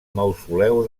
mausoleu